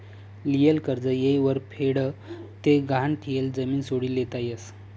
लियेल कर्ज येयवर फेड ते गहाण ठियेल जमीन सोडी लेता यस